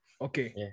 okay